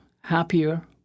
happier